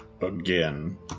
Again